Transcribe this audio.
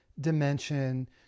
dimension